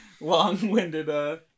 long-winded